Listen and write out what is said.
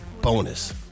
bonus